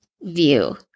view